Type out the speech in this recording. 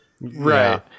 Right